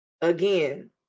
Again